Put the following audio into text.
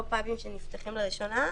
לא פאבים שנפתחים לראשונה.